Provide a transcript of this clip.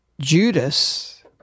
Judas